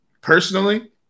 personally